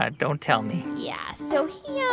ah don't tell me yeah, so he yeah